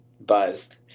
buzzed